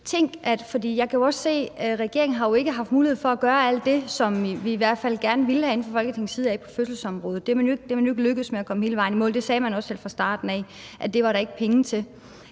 Jeg kan jo også se, at regeringen ikke har haft mulighed for at gøre alt det, som vi i hvert fald gerne ville have fra Folketingets side på fødselsområdet. Det er man jo ikke lykkedes med at komme hele vejen i mål med. Man sagde også selv fra starten af, at det var der ikke penge til.